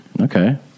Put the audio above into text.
Okay